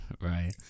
right